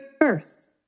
first